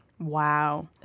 Wow